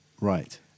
right